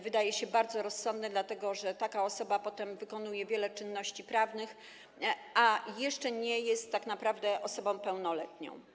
Wydaje się to bardzo rozsądne, dlatego że taka osoba potem wykonuje wiele czynności prawnych, a jeszcze nie jest tak naprawdę osobą pełnoletnią.